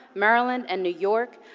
maryland, and new york,